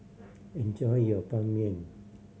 enjoy your Ban Mian